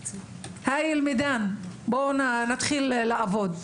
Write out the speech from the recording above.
אז בואו נתחיל לעבוד.